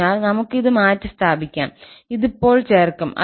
അതിനാൽ നമുക്ക് ഇത് മാറ്റിസ്ഥാപിക്കാം അത് ഇപ്പോൾ ചേർക്കും